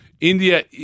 India